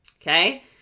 okay